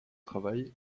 travail